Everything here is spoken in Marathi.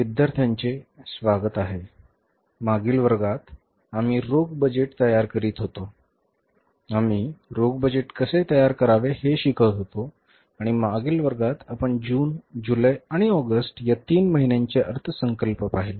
विद्यार्थ्यांचे स्वागत आहे मागील वर्गात आम्ही रोख बजेट तयार करीत होतो आम्ही रोख बजेट कसे तयार करावे हे शिकत होतो आणि मागील वर्गात आपण जून जुलै आणि ऑगस्ट या तीन महिन्यांचे अर्थसंकल्प पाहिले